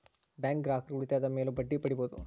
bank ಗ್ರಾಹಕರು ಉಳಿತಾಯದ ಮೇಲೂ ಬಡ್ಡಿ ಪಡೀಬಹುದು